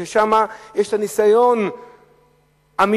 כי שם יש הניסיון המיוחד,